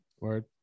Word